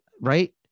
Right